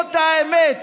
זאת האמת.